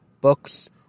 books